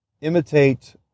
imitate